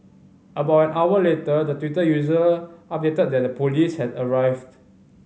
about an hour later the Twitter user updated that the police had arrived